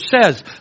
says